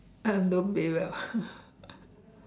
uh don't pay well